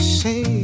say